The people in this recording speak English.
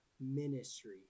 Ministry